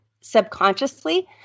subconsciously